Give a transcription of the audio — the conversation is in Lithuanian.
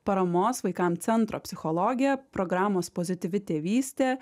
paramos vaikam centro psichologė programos pozityvi tėvystė